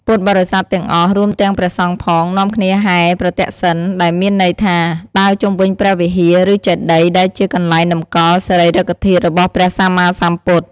ពុទ្ធបរិស័ទទាំងអស់ រួមទាំងព្រះសង្ឃផង នាំគ្នាហែរប្រទក្សិណ ដែលមានន័យថា ដើរជុំវិញព្រះវិហារ ឬចេតិយ ដែលជា កន្លែងតម្កល់សារីរិកធាតុរបស់ព្រះសម្មាសម្ពុទ្ធ។